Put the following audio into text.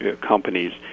companies